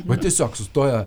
bet tiesiog sustojo